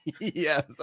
Yes